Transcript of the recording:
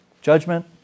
judgment